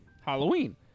Halloween